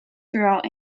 throughout